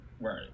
Right